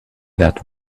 that